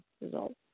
results